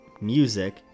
music